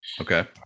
Okay